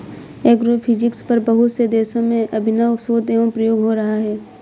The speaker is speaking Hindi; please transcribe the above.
एग्रोफिजिक्स पर बहुत से देशों में अभिनव शोध एवं प्रयोग हो रहा है